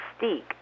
mystique